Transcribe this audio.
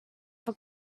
for